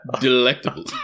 delectable